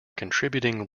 contributing